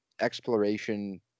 exploration